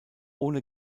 ohne